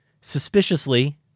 suspiciously